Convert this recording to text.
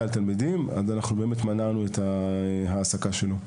על תלמידים ובאמת מנענו את ההעסקה שלו.